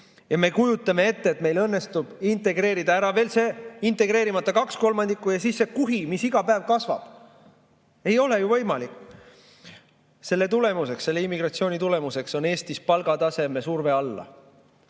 Ja me kujutame ette, et meil õnnestub integreerida ära see veel seni integreerimata kaks kolmandikku ja siis see kuhi, mis iga päev kasvab. Ei ole ju võimalik! Selle tulemuseks, selle immigratsiooni tulemuseks on Eestis surve